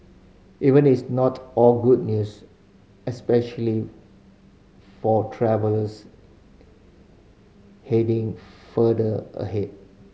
even it's not all good news especially for travellers heading farther ahead